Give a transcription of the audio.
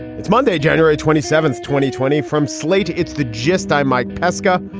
it's monday, january twenty seventh, twenty twenty from slate. it's the gist. i'm mike pesca.